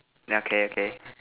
yeah okay okay